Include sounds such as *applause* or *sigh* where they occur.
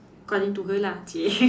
according to her lah !chey! *laughs*